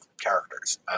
characters